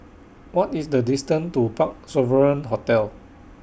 What IS The distance to Parc Sovereign Hotel